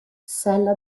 sella